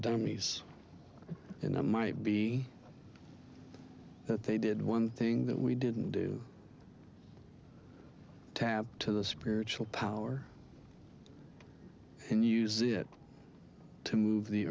dummies and i might be that they did one thing that we didn't do to have to the spiritual power and use it to move the